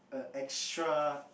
err extra